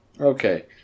Okay